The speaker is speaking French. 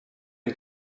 une